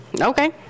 okay